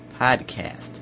podcast